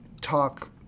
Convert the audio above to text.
talk